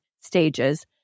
stages